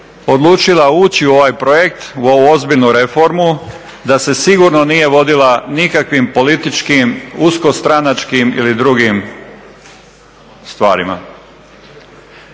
odlučila ući u ovaj projekt u ovu ozbiljnu reformu da se sigurno nije vodila nikakvim političkim usko stranačkim ili drugim stvarima.